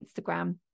Instagram